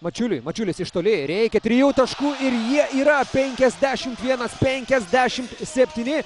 mačiuliui mačiulis iš toli reikia trijų taškų ir jie yra penkiasdešim vienas penkiasdešim septyni